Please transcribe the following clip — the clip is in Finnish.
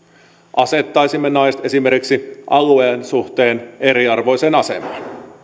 asettaisimme naiset esimerkiksi alueen suhteen eriarvoiseen asemaan